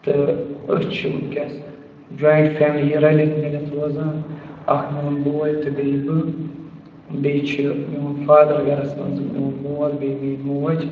تہٕ أسۍ چھِ وٕنۍکٮ۪س جویِنٛٹ فیملی یہِ رٔلِتھ مِلِتھ روزان اَکھ میون بوے تہٕ بیٚیہِ بہٕ بیٚیہِ چھِ میون فادَر گَرَس منٛز میون مول بیٚیہِ میٛٲنۍ موج